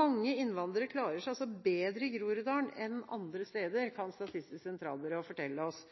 Mange innvandrere klarer seg altså bedre i Groruddalen enn andre steder, kan Statistisk sentralbyrå fortelle oss.